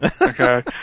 Okay